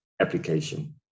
application